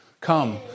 Come